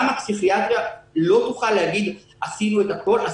גם הפסיכיאטריה לא תוכל להגיד "עשינו את הכול" אלא: